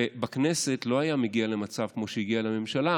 הכנסת לא היה מגיעה למצב כמו שהגיעו בממשלה,